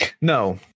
No